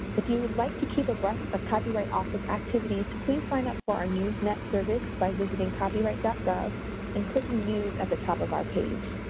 if you would like to keep abreast of copyright office activities, please, sign up for our newsnet service by visiting copyright gov gov and clicking news at the top of our page.